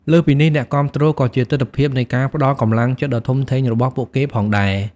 លើសពីនេះ អ្នកគាំទ្រក៏ជាទិដ្ឋភាពនៃការផ្តល់កម្លាំងចិត្តដ៏ធំធេងដល់ពួកគេផងដែរ។